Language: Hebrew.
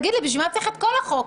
בשביל מה צריך את החוק?